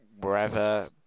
wherever